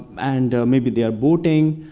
and maybe they are boating.